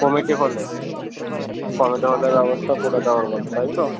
committee হলে committee হলের ব্যবস্থা করে দেওয়ার কথা তাই তো